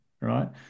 Right